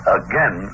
again